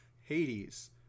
hades